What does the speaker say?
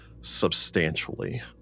substantially